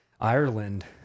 Ireland